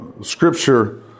scripture